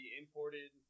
imported